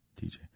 TJ